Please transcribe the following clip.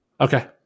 Okay